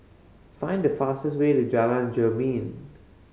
find the fastest way to Jalan Jermin